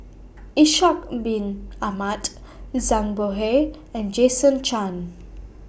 Ishak Bin Ahmad Zhang Bohe and Jason Chan